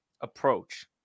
approach